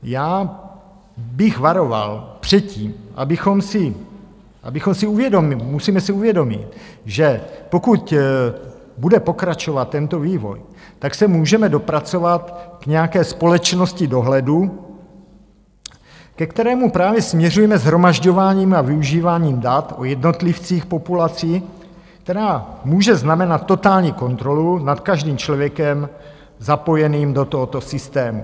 Já bych varoval před tím... abychom si uvědomili, musíme si uvědomit, že pokud bude pokračovat tento vývoj, tak se můžeme dopracovat k nějaké společnosti dohledu, ke kterému právě směřujeme shromažďováním a využíváním dat o jednotlivcích populací, která může znamenat totální kontrolu nad každým člověkem zapojeným do tohoto systému.